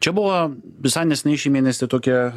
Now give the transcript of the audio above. čia buvo visai neseniai šį mėnesį tokia